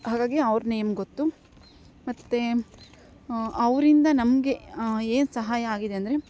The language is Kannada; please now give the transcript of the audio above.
ಹಾಗಾಗಿ ಅವ್ರ ನೇಮ್ ಗೊತ್ತು ಮತ್ತು ಅವರಿಂದ ನಮಗೆ ಏನು ಸಹಾಯ ಆಗಿದೆ ಅಂದರೆ